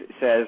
says